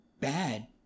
bad